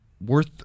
Worth